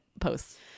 posts